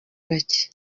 bake